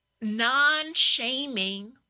non-shaming